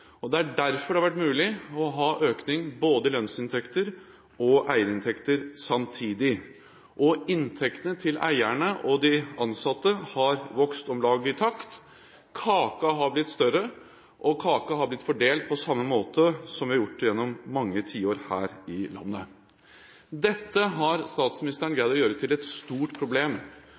det er god inntjening. Det er derfor det har vært mulig å ha økning i både lønnsinntekter og eierinntekter samtidig. Inntektene til eierne og de ansatte har vokst om lag i takt – kaka har blitt større, og kaka har blitt fordelt på samme måte som vi har gjort gjennom mange tiår her i landet. Dette har statsministeren greid å gjøre til et stort problem.